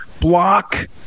block